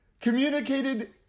communicated